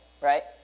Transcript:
right